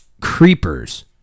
creepers